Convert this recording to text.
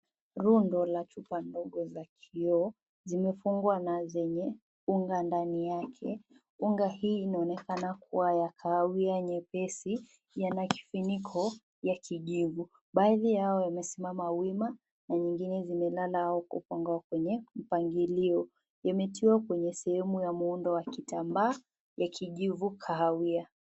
Rundo la chupa ndogo za kioo zimefungwa na zenye unga ndani yake. Unga hii inaonekana kuwa ya kahawia nyepesi, yana kifuniko ya kijivu. Baadhi yao yamesimama wima na nyingine zimelala au kupangwa kwenye mpangilio. Imetiwa kwenye sehemu ya muundo wa kitambaa, ya kijivu kahawia.